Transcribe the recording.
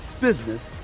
business